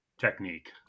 technique